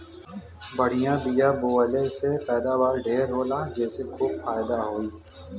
बढ़िया बिया बोवले से पैदावार ढेर होला जेसे खूब फायदा होई